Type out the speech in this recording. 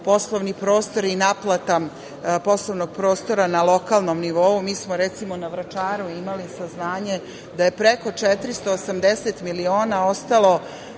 poslovni prostor i naplata poslovnog prostora na lokalnom nivou. Mi smo na Vračaru imali saznanje da je preko 480 miliona ostalo